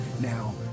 Now